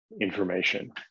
information